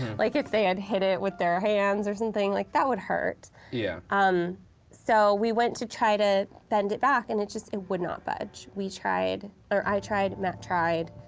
like if they had hit it with their hands or something. like, that would hurt. yeah um so, we went to try to bend it back, and it just, it would not budge. we tried, or i tried, matt tried,